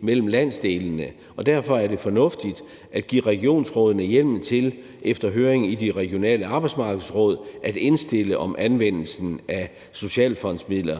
mellem landsdelene. Derfor er det fornuftigt at give regionsrådene hjemmel til efter høring i de regionale arbejdsmarkedsråd at indstille om anvendelsen af socialfondsmidler